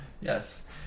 Yes